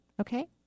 Okay